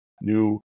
new